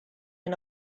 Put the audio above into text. and